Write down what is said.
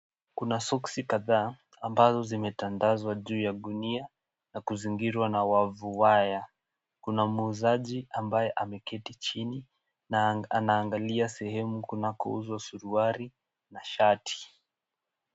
Kuna soksi kadhaa, ambazo zimetandazwa juu ya gunia na kuzingirwa na wavu waya. Kuna muuzaji ambaye ameketi chini na anaangalia sehemu kunakouzwa suruali na shati.